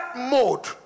mode